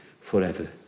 forever